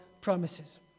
promises